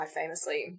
famously